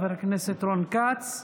תודה, חבר הכנסת רון כץ.